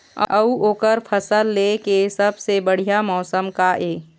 अऊ ओकर फसल लेय के सबसे बढ़िया मौसम का ये?